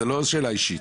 זו לא שאלה אישית.